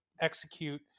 execute